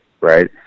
Right